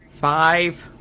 Five